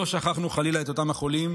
לא שכחנו חלילה את אותם החולים,